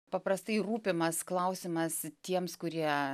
paprastai rūpimas klausimas tiems kurie